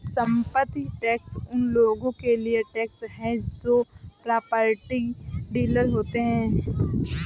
संपत्ति टैक्स उन लोगों के लिए टैक्स है जो प्रॉपर्टी डीलर होते हैं